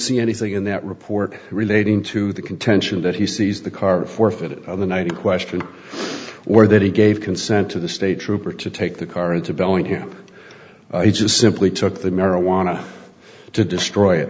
see anything in that report relating to the contention that he sees the car forfeit the night in question or that he gave consent to the state trooper to take the car into bellingham he just simply took the marijuana to destroy it